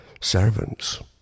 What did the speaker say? servants